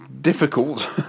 difficult